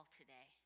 today